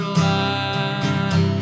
land